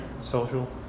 Social